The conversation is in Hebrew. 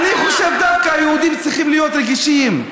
אני חושב שדווקא היהודים צריכים להיות רגישים,